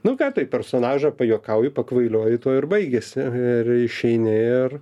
nu ką tai personažą pajuokauji pakvailioji tuo ir baigiasi ir išeini ir